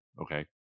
Okay